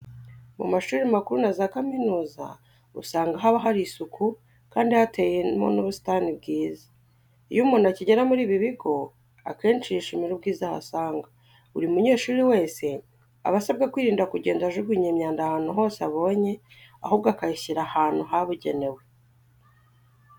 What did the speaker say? Mu mashuri makuru na za kaminuza usanga haba hari isuku kandi hateyemo n'ubusitani bwiza. Iyo umuntu akigera muri ibi bigo, akenshi yishimira ubwiza ahasanga. Buri munyeshuri wese aba asabwa kwirinda kugenda ajugunya imyanda ahantu hose abonye ahubwo akayishyira ahantu habugenewe.